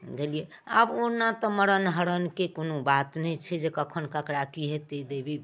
बुझली आब ओना तऽ मरण हरणके कोनो बात नहि छै जे कखन ककरा की हेतै दैविये